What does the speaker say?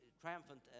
triumphant